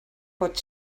pot